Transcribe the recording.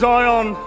Zion